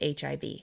HIV